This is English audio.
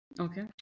Okay